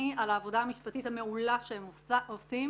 על העבודה המשפטית המעולה שהם עושים.